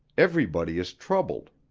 everybody is troubled.